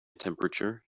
temperature